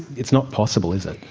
it's not possible, is it.